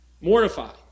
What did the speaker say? Mortify